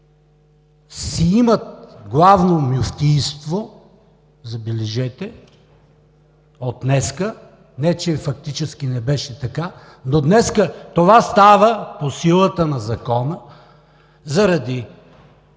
си имат Главно мюфтийство, забележете – от днес, не че фактически не беше така, но днес това става по силата на Закона, заради